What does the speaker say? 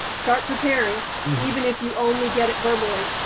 start preparing, even if you only get it verbally,